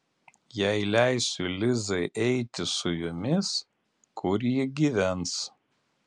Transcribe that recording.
jei leisiu lizai eiti su jumis kur ji gyvens